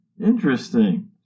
Interesting